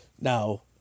Now